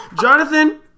Jonathan